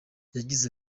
yagize